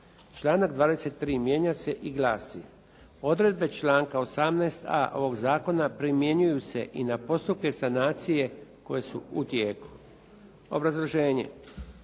Članak 23. mijenja se i glasi: "Odredbe članka 18.a ovoga Zakona primjenjuju se i na postupke sanacije koje su u tijeku". Obrazloženje,